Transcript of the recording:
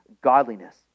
godliness